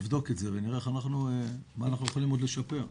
נבדוק את זה ונראה מה אנחנו יכולים עוד לשפר.